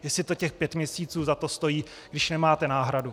Jestli to těch pět měsíců za to stojí, když nemáte náhradu.